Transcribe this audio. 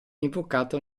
invocato